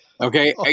Okay